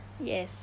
yes